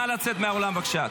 נא לצאת מהאולם בבקשה.